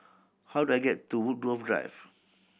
how do I get to Woodgrove Drive